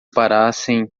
parassem